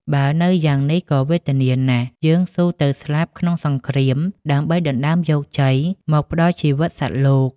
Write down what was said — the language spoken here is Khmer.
បើនៅយ៉ាងនេះក៏វេទនាណាស់ យើងស៊ូទៅស្លាប់ក្នុងសង្គ្រាម ដើម្បីដណ្ដើមយកជ័យ មកផ្ដល់ជីវិតសត្វលោក។